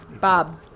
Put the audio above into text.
Bob